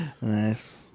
Nice